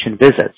visits